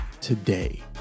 today